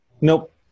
Nope